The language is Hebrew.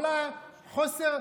כל חוסר,